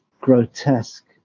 grotesque